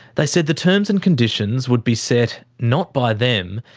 they said the terms and conditions would be set not by them,